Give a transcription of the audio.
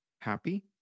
Happy